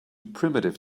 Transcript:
primitive